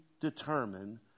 determine